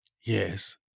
Yes